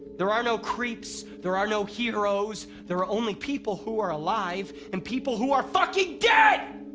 there are no creeps. there are no heroes. there are only people who are alive and people who are fucking dead!